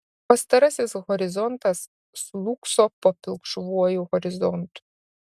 pastarasis horizontas slūgso po pilkšvuoju horizontu